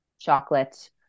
chocolate